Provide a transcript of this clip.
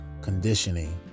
conditioning